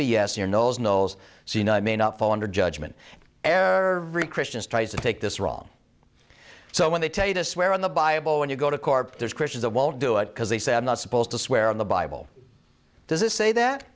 s your nose knows so you know i may not fall under judgement ever christians try to take this wrong so when they tell you to swear on the bible when you go to corp there's christians i won't do it because they say i'm not supposed to swear on the bible does it say that